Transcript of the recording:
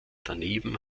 daneben